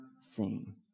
seen